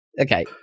okay